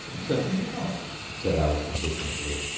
certainly not said alice indignantly.